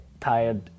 tired